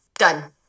done